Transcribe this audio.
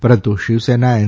પરંતુ શિવસેના એન